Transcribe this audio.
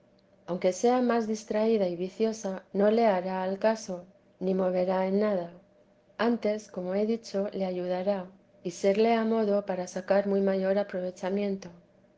aunque sea más distraída y viciosa no le hará al caso ni moverá en nada antes como he dicho le ayudará y serle a modo para sacar muy mayor aprovechamiento